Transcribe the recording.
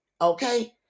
okay